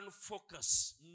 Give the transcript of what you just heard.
focus